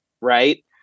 right